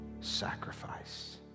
Sacrifice